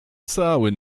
cały